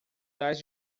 das